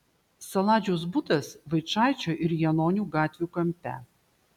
saladžiaus butas vaičaičio ir janonių gatvių kampe